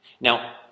Now